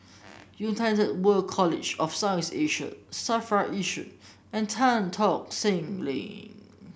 United World College of South East Asia Safra Yishun and Tan Tock Seng Link